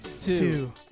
two